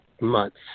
months